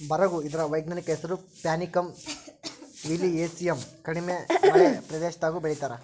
ಬರುಗು ಇದರ ವೈಜ್ಞಾನಿಕ ಹೆಸರು ಪ್ಯಾನಿಕಮ್ ಮಿಲಿಯೇಸಿಯಮ್ ಕಡಿಮೆ ಮಳೆ ಪ್ರದೇಶದಾಗೂ ಬೆಳೀತಾರ